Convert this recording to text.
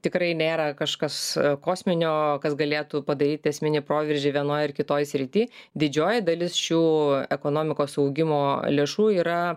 tikrai nėra kažkas kosminio kas galėtų padaryti esminį proveržį vienoj ar kitoj srity didžioji dalis šių ekonomikos augimo lėšų yra